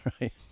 Right